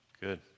Good